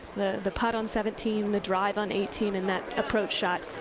the the putt on seventeen, the drive on eighteen and that approach shot.